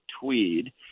Tweed